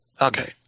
Okay